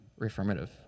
reaffirmative